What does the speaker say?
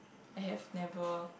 I have never